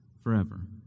forever